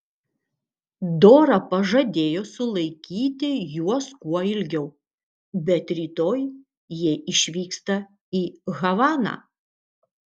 dora pažadėjo sulaikyti juos kuo ilgiau bet rytoj jie išvyksta į havaną